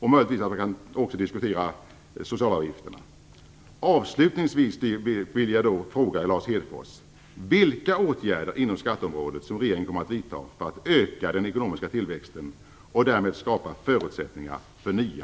Möjligtvis kan vi också diskutera socialavgifterna.